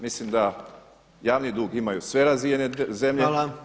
Mislim da javni dug imaju sve razvijene zemlje.